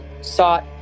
sought